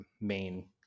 main